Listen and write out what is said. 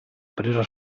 presa